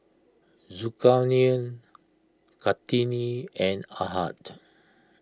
Zulkarnain Kartini and Ahad